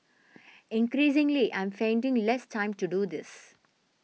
increasingly I'm finding less time to do this